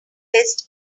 list